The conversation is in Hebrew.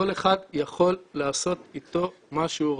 כל אחד יכול לעשות איתו מה שהוא רוצה.